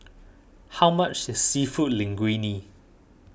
how much is Seafood Linguine